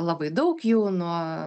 labai daug jų nuo